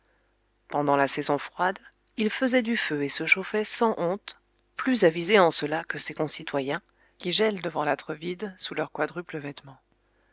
pendant la saison froide il faisait du feu et se chauffait sans honte plus avisé en cela que ses concitoyens qui gèlent devant l'âtre vide sous leur quadruple vêtement